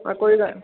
हां कोई गल्ल नेईं